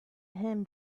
him